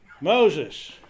Moses